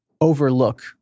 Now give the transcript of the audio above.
overlook